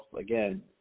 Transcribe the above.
again